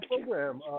program